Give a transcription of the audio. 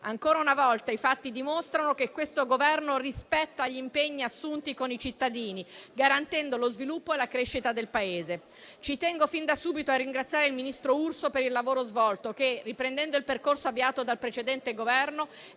Ancora una volta i fatti dimostrano che l'attuale Governo rispetta gli impegni assunti con i cittadini, garantendo lo sviluppo e la crescita del Paese. Ci tengo fin da subito a ringraziare il ministro Urso per il lavoro svolto che, riprendendo il percorso avviato dal precedente Governo,